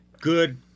good